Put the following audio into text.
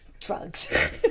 Drugs